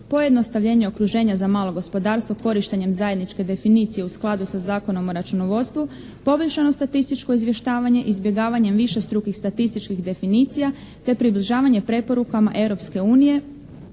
pojednostavljenje okruženja za malo gospodarstvo korištenjem zajedničke definicije u skladu sa Zakonom o računovodstvu, povećano statističko izvještavanje izbjegavanjem višestrukih statističkih definicija, te približavanje preporukama Europske unije,